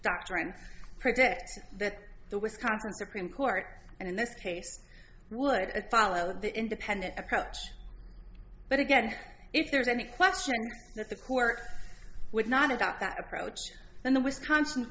doctrine predicts that the wisconsin supreme court and in this case would follow the independent approach but again if there's any question that the court would not adopt that approach then the wisconsin